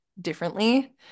differently